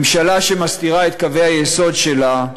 ממשלה שמסתירה את קווי היסוד שלה,